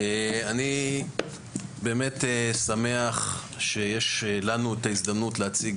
אני באמת שמח שיש לנו את ההזדמנות להציג